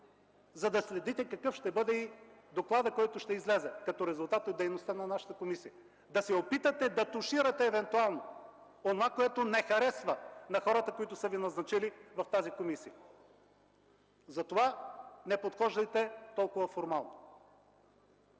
за да следите какъв ще бъде и докладът, който ще излезе като резултат от дейността на нашата комисия, да се опитате да туширате евентуално онова, което не харесва на хората, които са Ви назначили в тази комисия. Затова не подхождайте толкова формално,